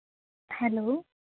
hello